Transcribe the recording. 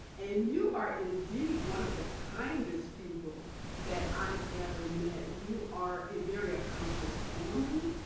and you are indeed one of the kindest people that i've ever met. you are a very accomplished woman.